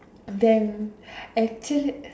then actually